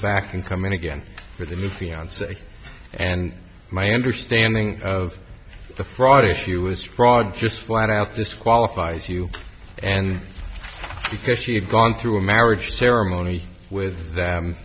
back and come in again for the new fiance and my understanding of the fraud issue is fraud just flat out disqualifies you and because she had gone through a marriage ceremony with